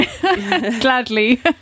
Gladly